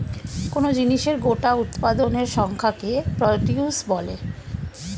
কোন জিনিসের গোটা উৎপাদনের সংখ্যাকে প্রডিউস বলে